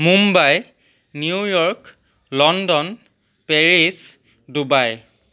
Mumbai New York London Paris Dubai